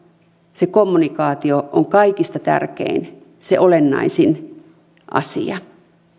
se kommunikaatio on kaikista tärkein se olennaisin asia